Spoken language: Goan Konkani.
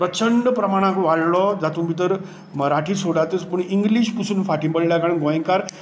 प्रचंड प्रमाणांत वाडलो जातूंत भितर मराठी सोडातच पूण इंग्लीश सुद्दां फाटी पडल्या म्हणजे गोंयकार